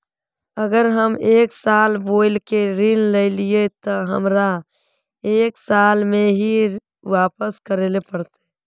अगर हम एक साल बोल के ऋण लालिये ते हमरा एक साल में ही वापस करले पड़ते?